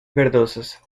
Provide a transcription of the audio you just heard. verdosas